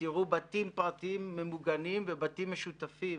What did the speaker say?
ותראו בתים פרטיים ממוגנים ובתים משותפים